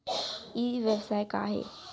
ई व्यवसाय का हे?